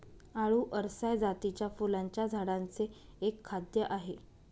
आळु अरसाय जातीच्या फुलांच्या झाडांचे एक खाद्य आहे